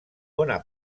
bona